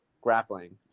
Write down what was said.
grappling